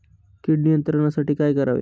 कीड नियंत्रणासाठी काय करावे?